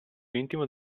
intimo